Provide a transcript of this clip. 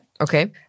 Okay